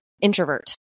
introvert